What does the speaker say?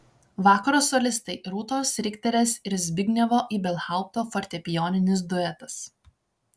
vakaro solistai rūtos rikterės ir zbignevo ibelhaupto fortepijoninis duetas